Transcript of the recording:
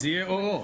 זה יהיה או או.